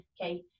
Okay